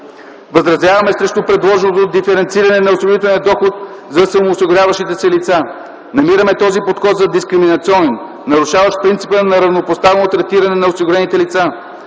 Възразяваме срещу предложеното диференциране на осигурителния доход за самоосигуряващите се лица! Намираме този подход за дискриминационен, нарушаващ принципа на равнопоставено третиране на осигурените лица.